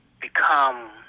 become